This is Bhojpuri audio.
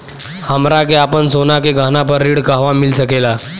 हमरा के आपन सोना के गहना पर ऋण कहवा मिल सकेला?